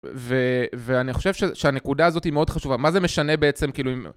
ואני חושב שהנקודה הזאת היא מאוד חשובה, מה זה משנה בעצם כאילו אם...